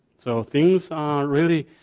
so things are really,